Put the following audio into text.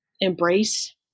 embrace